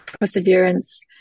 perseverance